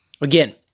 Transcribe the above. Again